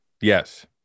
Yes